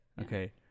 Okay